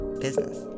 business